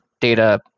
data